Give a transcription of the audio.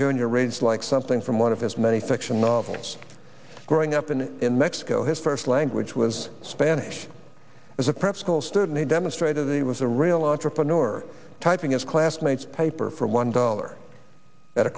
jr reads like something from one of his many fiction novels growing up in in mexico his first language was spanish as a prep school student he demonstrated he was a real entrepreneur typing his classmate's paper from one dollar at a